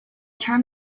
term